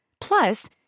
Plus